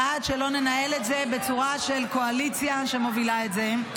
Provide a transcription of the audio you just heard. עד שלא ננהל את זה בצורה של קואליציה שמובילה את זה.